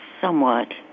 somewhat